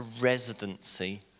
residency